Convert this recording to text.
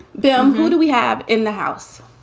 bill, who do we have in the house?